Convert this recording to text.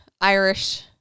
Irish